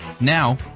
Now